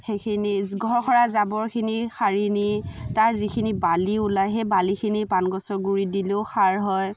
সেইখিনি ঘৰ সৰা জাবৰখিনি সাৰি নি তাৰ যিখিনি বালি ওলাই সেই বালিখিনি পান গছৰ গুৰিত দিলেও সাৰ হয়